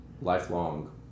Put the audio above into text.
lifelong